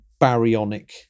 baryonic